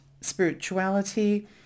spirituality